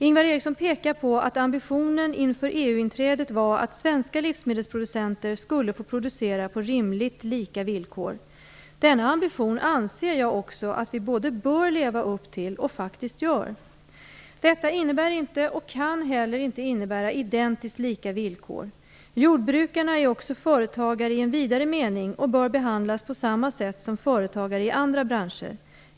Ingvar Eriksson pekar på att ambitionen inför EU inträdet var att svenska livsmedelsproducenter skulle få producera på rimligt lika villkor. Denna ambition anser jag också att vi bör leva upp till och att vi faktiskt också gör det. Detta innebär inte, och kan heller inte innebära, identiskt lika villkor. Jordbrukarna är också företagare i en vidare mening, och bör behandlas på samma sätt som företagare i andra branscher.